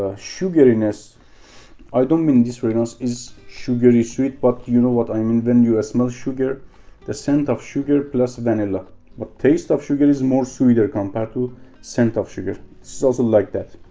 ah sugariness i don't mean this fragrance is sugary sweet but you know what i mean when you ah small sugar the scent of sugar plus vanilla but taste of sugar is more sweeter compared to scent of sugar it's so also like that